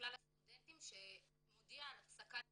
לכלל הסטודנטים שמודיע על הפסקת המימון,